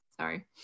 Sorry